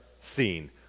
seen